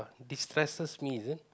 destresses me is it